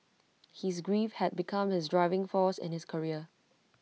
his grief had become his driving force in his career